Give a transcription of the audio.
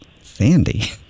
Sandy